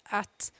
att